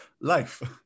life